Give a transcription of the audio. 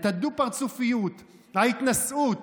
את הדו-פרצופיות, ההתנשאות,